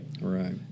Right